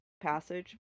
passage